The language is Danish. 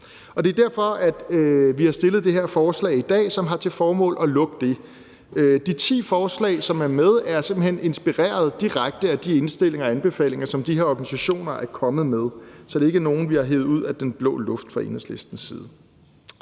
og det er derfor, vi har fremsat det her forslag i dag, som har til formål at lukke det. De ti forslag, som er med, er simpelt hen inspireret direkte af de indstillinger og anbefalinger, som de her organisationer er kommet med, så det er ikke nogen, vi har grebet ud af den blå luft fra Enhedslistens side.